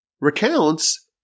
recounts